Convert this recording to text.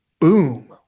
boom